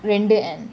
render and